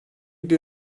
bir